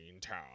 Town